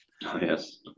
yes